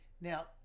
Now